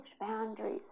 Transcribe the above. boundaries